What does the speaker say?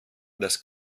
das